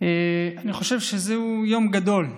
אני חושב שזהו יום גדול,